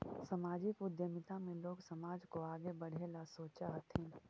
सामाजिक उद्यमिता में लोग समाज को आगे बढ़े ला सोचा हथीन